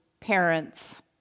parents